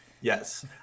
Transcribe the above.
Yes